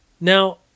Now